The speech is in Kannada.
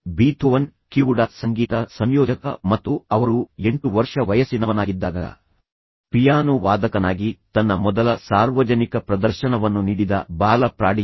ಬೀಥೋವನ್ ಕಿವುಡ ಸಂಗೀತ ಸಂಯೋಜಕ ಮತ್ತು ಅವರು ಎಂಟು ವರ್ಷ ವಯಸ್ಸಿನವನಾಗಿದ್ದಾಗ ಪಿಯಾನೋ ವಾದಕನಾಗಿ ತನ್ನ ಮೊದಲ ಸಾರ್ವಜನಿಕ ಪ್ರದರ್ಶನವನ್ನು ನೀಡಿದ ಬಾಲ ಪ್ರಾಡಿಜಿ